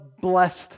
blessed